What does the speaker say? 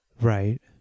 Right